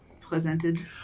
presented